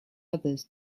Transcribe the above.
others